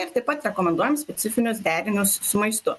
ir taip pat rekomenduojam specifinius derinius su maistu